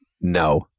no